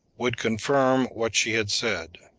would confirm what she had said.